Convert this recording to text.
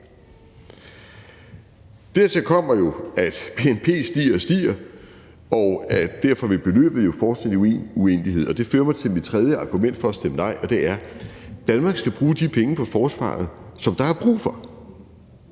Dertil kommer jo, at bnp stiger og stiger, og derfor vil beløbet jo fortsætte i en uendelighed, og det fører mig til mit tredje argument for at stemme nej, og det er, at Danmark skal bruge de penge på forsvaret, som der er brug for.